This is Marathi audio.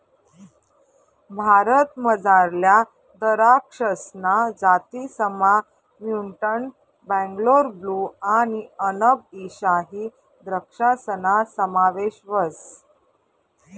भारतमझारल्या दराक्षसना जातीसमा म्युटंट बेंगलोर ब्लू आणि अनब ई शाही द्रक्षासना समावेश व्हस